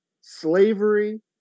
slavery